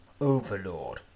overlord